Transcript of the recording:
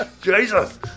Jesus